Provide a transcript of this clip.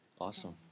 Awesome